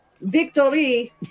victory